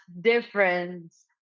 difference